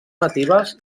natives